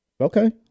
Okay